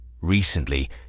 Recently